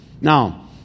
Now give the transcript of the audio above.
Now